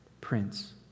Prince